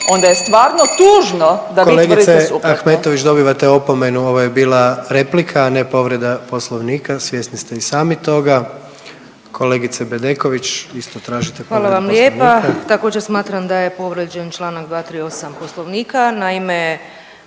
onda je stvarno tužno da vi tvrdite suprotno. **Jandroković, Gordan (HDZ)** Kolegice Ahmetović dobivate opomenu, ovo je bila replika, a ne povreda poslovnika, svjesni ste i sami toga. Kolegice Bedeković, isto tražite povredu poslovnika. **Bedeković, Vesna (HDZ)** Hvala vam lijepa. Također smatram da je povrijeđen čl. 238. poslovnika. Naime,